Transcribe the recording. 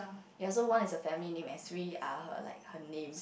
ya so one is a family name and three are her like her name